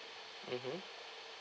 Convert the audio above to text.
mmhmm